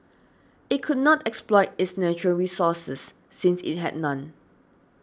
it could not exploit its natural resources since it had none